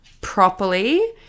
properly